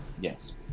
yes